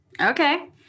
Okay